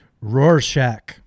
Rorschach